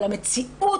אבל המציאות,